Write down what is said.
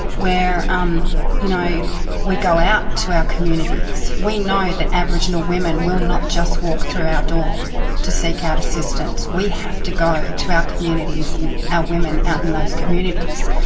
where um you know we go out to our communities. we know that aboriginal women will not just walk through our door to seek out assistance. we have to go to our communities and our women out in those communities.